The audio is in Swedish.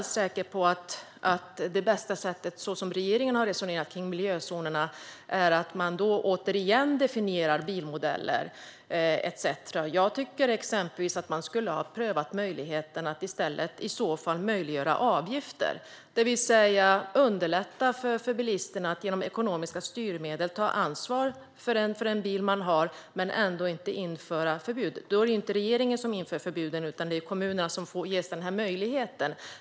Så som regeringen har resonerat när det gäller miljözonerna är jag inte alls säker på att det bästa sättet är att återigen definiera bilmodeller etcetera. Jag tycker att man exempelvis skulle ha prövat möjligheten med avgifter. Genom ekonomiska styrmedel och utan förbud underlättar man i så fall för bilisterna att ta ansvar för den bil de har. Det vore då inte regeringen som inför förbud utan kommunerna som ges den här möjligheten.